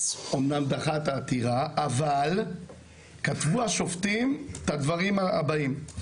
אמנם דחה את העתירה אבל כתבו השופטים את הדברים הבאים.